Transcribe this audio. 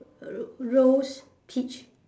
a ro~ rose peach